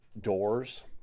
doors